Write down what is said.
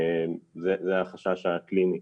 זה החשש הקליני.